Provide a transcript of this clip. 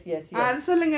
uh சொல்லுங்க:solunga